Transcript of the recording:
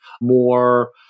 more